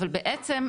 אבל בעצם,